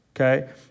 okay